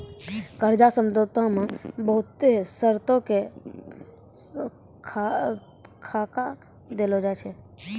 कर्जा समझौता मे बहुत शर्तो रो खाका देलो जाय छै